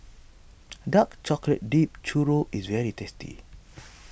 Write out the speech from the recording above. Dark Chocolate Dipped Churro is very tasty